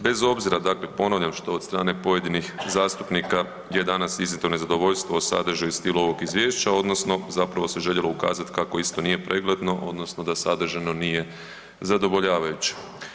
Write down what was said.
Bez obzira, dakle ponavljam, što od strane pojedinih zastupnika je danas izrazito nezadovoljstvo o sadržaju i stilu ovog Izvješća, odnosno zapravo se željelo ukazati kako isto nije pregledno, odnosno da sadržajno nije zadovoljavajuće.